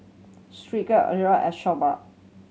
Skylar Lilyana as